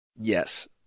Yes